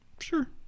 Sure